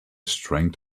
strength